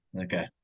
okay